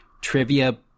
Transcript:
trivia